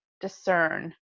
discern